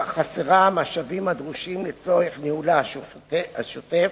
החסרה משאבים הדרושים לצורך ניהולה השוטף,